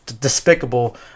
despicable